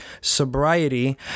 sobriety